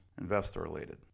Investor-related